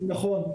נכון,